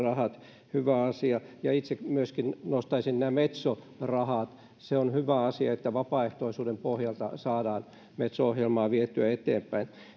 määrärahat ovat hyvä asia ja itse myöskin nostaisin nämä metso rahat se on hyvä asia että vapaaehtoisuuden pohjalta saadaan metso ohjelmaa vietyä eteenpäin